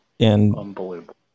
Unbelievable